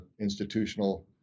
institutional